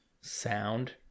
sound